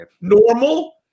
normal